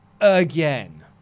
again